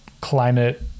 climate